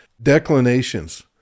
declinations